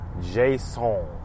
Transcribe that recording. jason